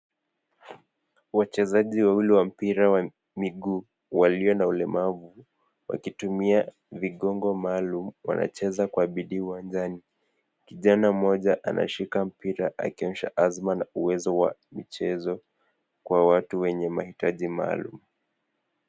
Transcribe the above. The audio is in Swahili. Wachezaji wawili wa mpira wa miguu walio na ulemavu wakitumia migongo maalum wanacheza kwa bidii uwanjani. Kijana mmoja anashika mpira akionyesha azma na uwezo wa michezo kwenye watu wenye mahitaji maalum.